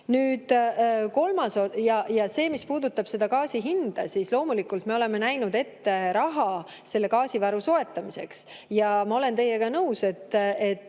Nüüd see, mis puudutab gaasi hinda, siis loomulikult me oleme näinud ette raha selle gaasivaru soetamiseks. Ma olen teiega nõus ja